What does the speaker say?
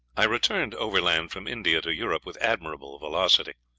i returned overland from india to europe with admirable velocity,